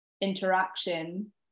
interaction